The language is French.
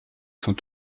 sont